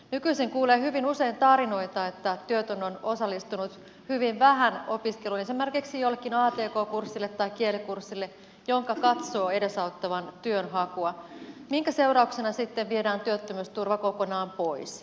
nykyisin kuulee hyvin usein tarinoita että työtön on osallistunut hyvin vähän opiskeluihin esimerkiksi jollekin atk kurssille tai kielikurssille jonka katsoo edesauttavan työnhakua minkä seurauksena sitten viedään työttömyysturva kokonaan pois